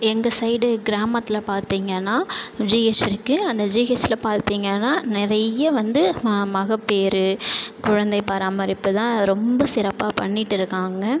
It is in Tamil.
எங்கள் சைடு கிராமத்தில் பார்த்திங்கனா ஜிஹெச் இருக்கு அந்த ஜிஹெச்சில் பார்த்திங்கன்னா நிறைய வந்து மகப்பேறு குழந்தை பராமரிப்புதான் ரொம்ப சிறப்பாக பண்ணிட்டு இருக்காங்க